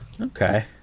okay